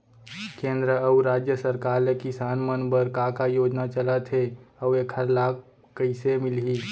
केंद्र अऊ राज्य सरकार ले किसान मन बर का का योजना चलत हे अऊ एखर लाभ कइसे मिलही?